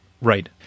Right